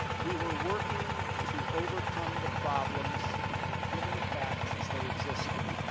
we were working to overcome the problems given the fact as they existed.